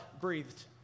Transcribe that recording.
breathed